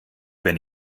wenn